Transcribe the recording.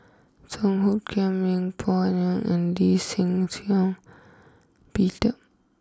Song Hoot Kiam Yeng Pway Ngon and Lee Shih Shiong Peter